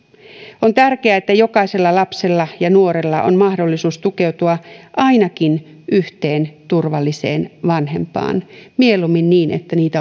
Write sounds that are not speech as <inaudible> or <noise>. <unintelligible> on tärkeää että jokaisella lapsella ja nuorella on mahdollisuus tukeutua ainakin yhteen turvalliseen vanhempaan mieluummin niin että heitä